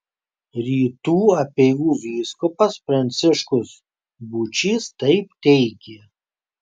rytų apeigų vyskupas pranciškus būčys taip teigė